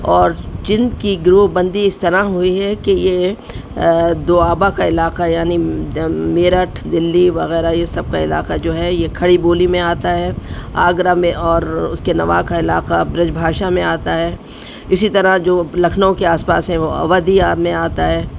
اور جن کی گروپ بندی اس طرح ہوئی ہے کہ یہ دو آبہ کا علاقہ یعنی میرٹھ دلی وغیرہ یہ سب کا علاقہ جو ہے یہ کھڑی بولی میں آتا ہے آگرہ میں اور اس کے نواح کا علاقہ برج بھاشا میں آتا ہے اسی طرح جو لکھنؤ کے آس پاس ہیں وہ اودھی میں آتا ہے